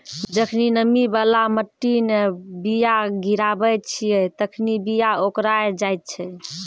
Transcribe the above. जखनि नमी बाला मट्टी मे बीया गिराबै छिये तखनि बीया ओकराय जाय छै